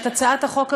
את הצעת החוק הזאת,